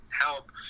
help